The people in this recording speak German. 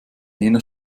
jener